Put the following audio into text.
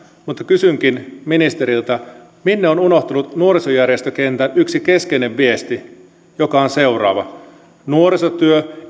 mutta kysynkin ministeriltä minne on unohtunut nuorisojärjestökentän yksi keskeinen viesti joka on seuraava nuorisotyö